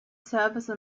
service